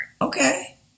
Okay